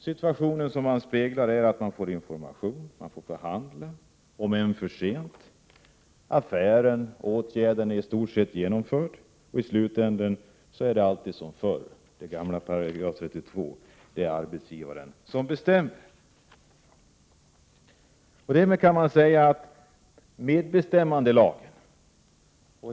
Situationen som speglas är att man får information, man får förhandla — om än för sent —, affären eller åtgärden är i stort sett redan genomförd och i slutändan blir det alltid som förr, dvs. gamla § 32: Det är arbetsgivaren som bestämmer.